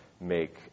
make